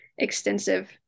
extensive